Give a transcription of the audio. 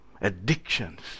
Addictions